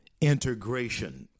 integration